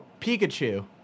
Pikachu